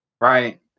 right